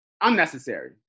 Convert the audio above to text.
unnecessary